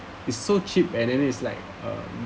it's so cheap and then it's like uh